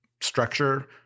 structure